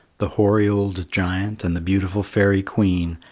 the hoary old giant and the beautiful fairy queen,